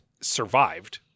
survived